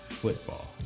football